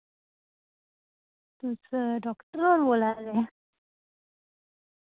तुस डॉक्टर होर बोला दे